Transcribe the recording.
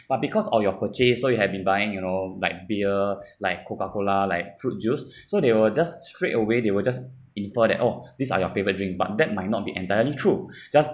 but because all your purchase so you have been buying you know like beer like Coca Cola like fruit juice so they will just straight away they will just infer that oh this are your favourite drink but that might not be entirely true just